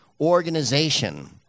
organization